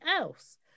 else